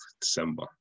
December